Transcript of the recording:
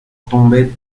tombait